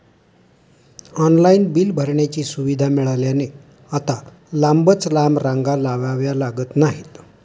online bill भरण्याची सुविधा मिळाल्याने आता लांबच लांब रांगा लावाव्या लागत नाहीत